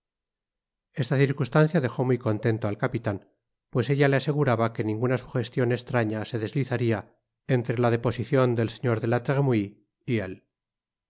esta circunstancia dejó muy contento al capitan pues ella le aseguraba que ninguna sugestion estraña se deslizaria entre la deposicion del señor de la tremouille y él